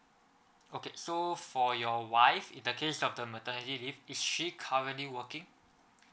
okay so for your wife in the case of the maternity leave is she currently working